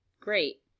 great